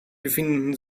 befinden